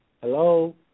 Hello